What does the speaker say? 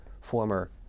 former